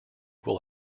will